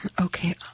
Okay